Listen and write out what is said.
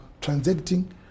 transacting